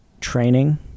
training